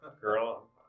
Girl